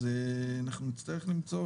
אז אנחנו נצטרך למצוא